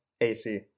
ac